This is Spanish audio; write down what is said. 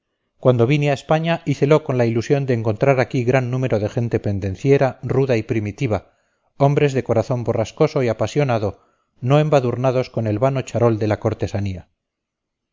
cuando vine a españa hícelo con la ilusión de encontrar aquí gran número de gente pendenciera ruda y primitiva hombres de corazón borrascoso y apasionado no embadurnados con el vano charol de la cortesanía